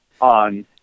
on –